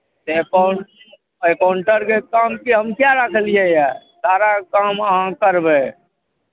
तऽ अकाउंट अकाउंटरके काम की हम किएक रखलियैए सारा काम अहाँ करबै